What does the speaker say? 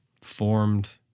formed